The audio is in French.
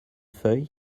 feuille